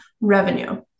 revenue